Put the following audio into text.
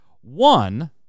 One